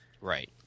right